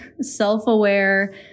self-aware